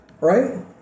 right